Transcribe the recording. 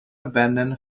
abandon